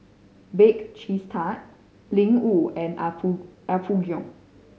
Bake Cheese Tart Ling Wu and Apgujeong